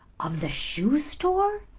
of the shoe store?